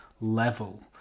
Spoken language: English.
level